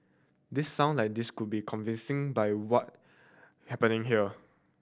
this sound like this could be convincing by what happening here